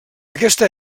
aquesta